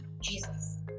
Jesus